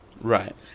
right